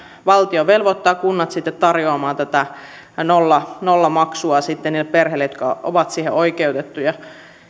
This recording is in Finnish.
valtio velvoittaa kunnat sitten tarjoamaan tätä nollamaksua niille perheille jotka ovat siihen oikeutettuja